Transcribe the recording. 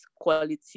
quality